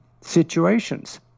situations